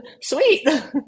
sweet